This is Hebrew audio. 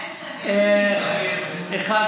איפה זה כתוב?